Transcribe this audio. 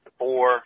four